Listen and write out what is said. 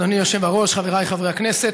אדוני היושב-ראש, חבריי חברי הכנסת,